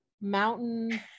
mountain